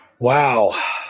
Wow